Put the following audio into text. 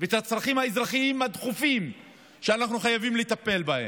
ואת הצרכים האזרחיים הדחופים שאנחנו חייבים לטפל בהם.